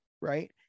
right